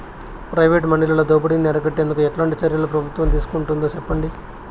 Private మండీలలో దోపిడీ ని అరికట్టేందుకు ఎట్లాంటి చర్యలు ప్రభుత్వం తీసుకుంటుందో చెప్పండి?